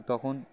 তখন